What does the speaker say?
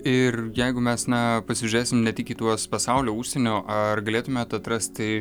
ir jeigu mes na pasižėsim ne tik į tuos pasaulio užsienio ar galėtumėt atrasti